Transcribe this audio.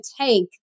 take